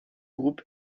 groupe